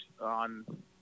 on